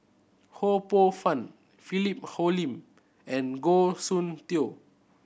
Ho Poh Fun Philip Hoalim and Goh Soon Tioe